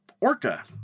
Orca